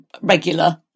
regular